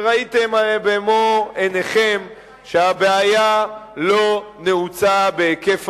וראיתם במו-עיניכם שהבעיה לא נעוצה בהיקף